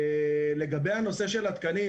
לגבי הנושא של התקנים,